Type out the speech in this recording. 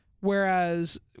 Whereas